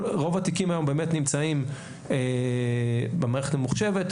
רוב התיקים היום באמת נמצאים במערכת ממוחשבת,